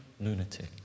lunatic